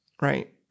right